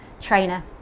trainer